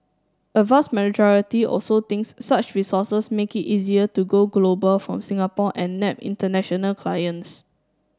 a vast majority also thinks such resources make it easier to go global from Singapore and nab international clients